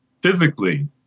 physically